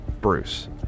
Bruce